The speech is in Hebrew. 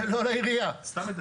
דרך אגב,